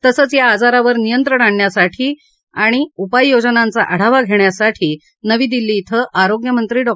तसंच या आजारावर नियंत्रण आणण्यासाठी तसंच उपाययोजनांचा आढावा घेण्यासाठी नवी दिल्ली कें आरोग्य मंत्री डॉ